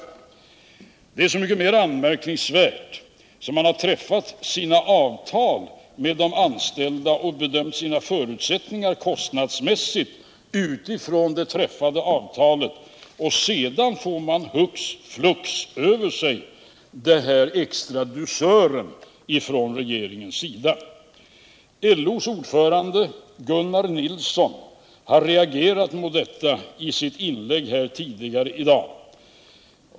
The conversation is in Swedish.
Denna extra dusör från regeringens sida är så mycket mer anmärkningsvärd som man har träffat avtal med de anställda och bedömt de kostnadsmässiga förutsättningarna ifrån det träffade avtalet. LO:s ordförande Gunnar Nilsson har reagerat mot detta i sitt inlägg tidigare i dag.